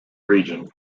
region